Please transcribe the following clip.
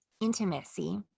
intimacy